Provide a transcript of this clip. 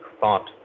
thought